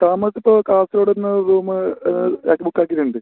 താമസം ഇപ്പോൾ കാസർഗോഡുന്ന് റൂമ് അത് ബുക്ക് ആക്കിയിട്ടുണ്ട്